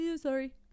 sorry